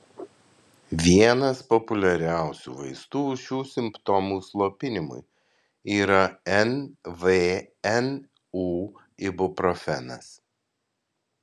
vienas populiariausių vaistų šių simptomų slopinimui yra nvnu ibuprofenas